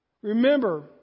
Remember